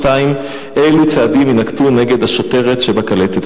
2. אילו צעדים יינקטו נגד השוטרת שבקלטת?